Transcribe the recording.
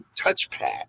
touchpad